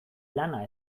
lana